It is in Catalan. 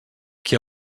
qui